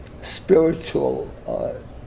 spiritual